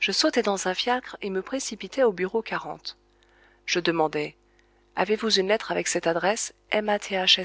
je sautai dans un fiacre et me précipitai au bureau e demandai avez-vous une lettre avec cette adresse